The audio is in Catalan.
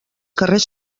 carrers